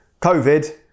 COVID